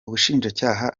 ubushinjacyaha